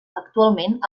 actualment